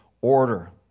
order